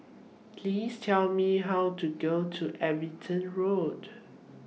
Please Tell Me How to Go to Everton Road